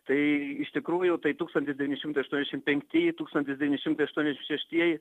tai iš tikrųjų tai tūkstantis devyni šimtai aštuoniasdešimt penktieji tūkstantis devyni šimtai aštuoniasdešimt šeštieji